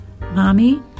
Mommy